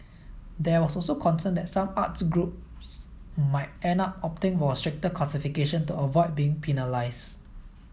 there was also concern that some arts groups might end up opting for a stricter classification to avoid being penalised